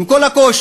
עם כל הקושי,